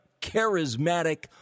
charismatic